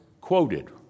quoted